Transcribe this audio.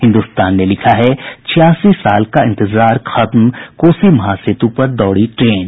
हिन्दुस्तान ने लिखा है छियासी साल का इंतजार खत्म कोसी महासेतु पर दौड़ी ट्रेन